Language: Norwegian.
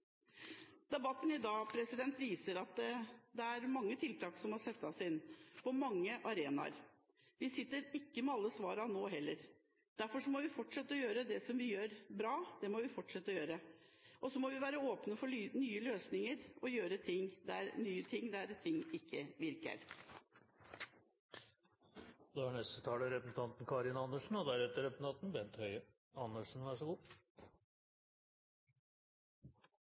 Debatten i dag viser at det er mange tiltak som må settes inn på mange arenaer. Vi sitter ikke med alle svarene nå heller. Derfor må vi fortsette å gjøre det som vi gjør bra, og så må vi være åpne for nye løsninger der ting ikke virker. For en som sjøl er totalavholds, er debatter om rus og